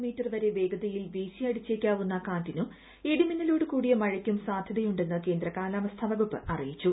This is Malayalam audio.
മീ വരെ വേഗതയിൽ വീശിയടിച്ചേക്കാവുന്ന കാറ്റിനും ഇടിമിന്നലോട് കൂടിയ മഴയ്ക്കും സാധ്യതയുണ്ടെന്ന് കേന്ദ്ര കാലാവസ്ഥ വകുപ്പ് അറിയിച്ചു